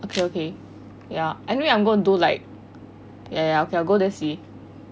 okay okay ya actually I am going to do like ya ya okay I will go there see